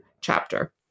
chapter